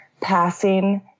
passing